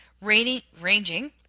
ranging